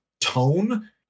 tone